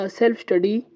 self-study